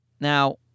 Now